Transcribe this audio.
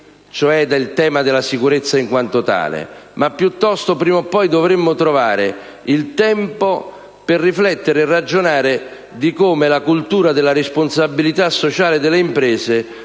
ossia del tema della sicurezza in quanto tale. Prima o poi dovremo trovare il tempo per riflettere e ragionare di come la cultura della responsabilità sociale delle imprese